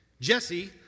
Jesse